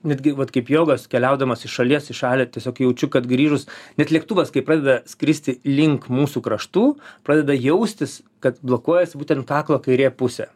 netgi vat kaip jogos keliaudamas iš šalies į šalį tiesiog jaučiu kad grįžus net lėktuvas kai pradeda skristi link mūsų kraštų pradeda jaustis kad blokuojasi būtent kaklo kairė pusė